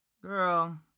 Girl